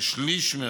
כשליש.